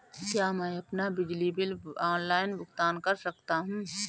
क्या मैं अपना बिजली बिल ऑनलाइन भुगतान कर सकता हूँ?